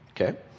okay